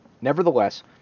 Nevertheless